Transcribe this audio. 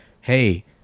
hey